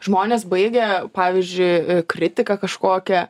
žmonės baigę pavyzdžiui kritiką kažkokią